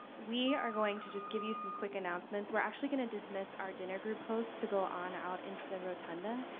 we are going to just give you some quick announcements. we're actually gonna dismiss our dinner group host to go on out into the rotunda,